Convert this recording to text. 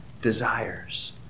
desires